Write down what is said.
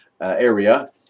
area